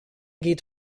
geht